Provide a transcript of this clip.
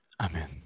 Amen